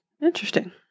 Interesting